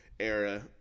era